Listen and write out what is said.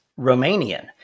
Romanian